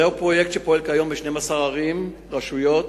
זהו פרויקט שפועל כיום ב-12 ערים, רשויות